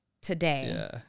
Today